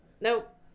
Nope